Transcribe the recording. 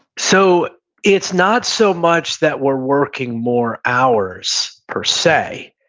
so it's not so much that we're working more hours, per se,